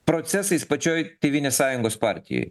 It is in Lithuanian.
procesais pačioj tėvynės sąjungos partijoj